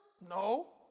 No